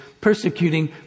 persecuting